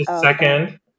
second